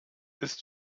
ist